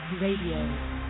Radio